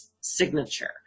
signature